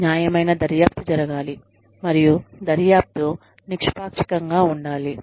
న్యాయమైన దర్యాప్తు జరగాలి మరియు దర్యాప్తు నిష్పాక్షికంగా ఉండాలి